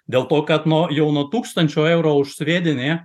dėl to kad nu jaunuo tūkstančio eurų už sviedinį